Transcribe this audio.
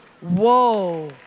Whoa